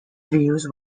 views